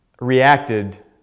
reacted